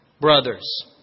brothers